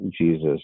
jesus